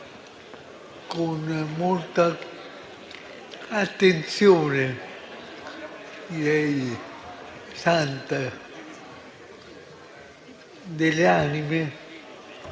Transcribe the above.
con molta attenzione - direi santa - delle anime,